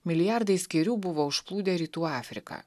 milijardai skėrių buvo užplūdę rytų afriką